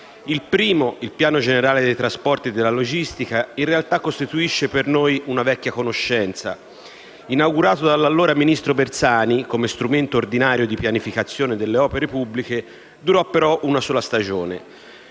Il primo, il Piano generale dei trasporti e della logistica in realtà costituisce per noi una vecchia conoscenza. Inaugurato dall'allora ministro Bersani come strumento ordinario di pianificazione delle opere pubbliche, durò però una sola stagione.